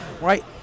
Right